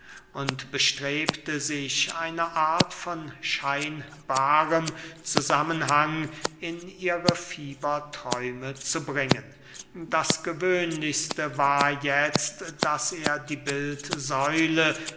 und bestrebte sich eine art von scheinbarem zusammenhang in ihre fieberträume zu bringen das gewöhnlichste war jetzt daß er die